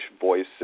voice